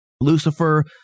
Lucifer